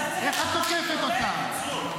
איך את תוקפת אותה?